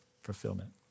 fulfillment